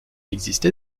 existé